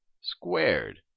squared